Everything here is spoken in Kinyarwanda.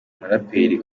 muraperi